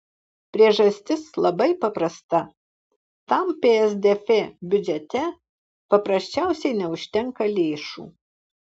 priežastis labai paprasta tam psdf biudžete paprasčiausiai neužtenka lėšų